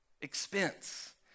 expense